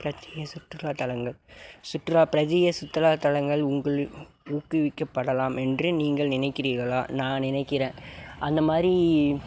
பிரச்சனையே சுற்று வட்டாரங்கள் சுற்றுலா சுற்றுலாத்தலங்கள் உங்களூரில் ஊக்குவிக்கப்படலாம் என்று நீங்கள் நினைக்கிறீர்களா நான் நினைக்கிறேன் அந்த மாதிரி